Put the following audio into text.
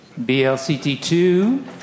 BLCT2